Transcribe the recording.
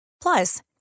Plus